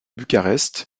bucarest